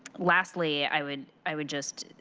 lastly, i would i would just